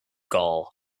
gall